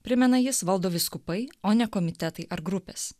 primena jis valdo vyskupai o ne komitetai ar grupės